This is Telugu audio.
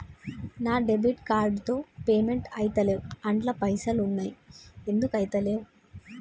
నా డెబిట్ కార్డ్ తో పేమెంట్ ఐతలేవ్ అండ్ల పైసల్ ఉన్నయి ఎందుకు ఐతలేవ్?